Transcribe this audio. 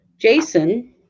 Jason